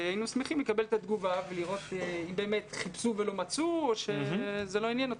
נשמח לקבל תגובה ולראות האם חיפשו ולא מצאו או זה לא עניין אותם.